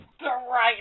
right